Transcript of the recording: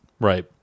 Right